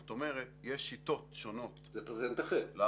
זאת אומרת, יש שיטות שונות להחלפה.